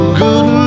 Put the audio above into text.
good